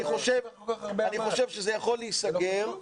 אני חושב שזה יכול להיסגר,